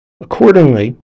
Accordingly